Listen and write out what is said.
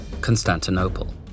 Constantinople